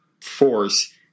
force